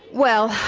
well,